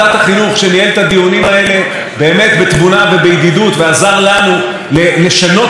ועזר לנו לשנות מאוד את החוק ולהשיג את הסכום הנאה שהשגנו לקולנוע,